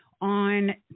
on